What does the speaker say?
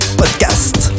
podcast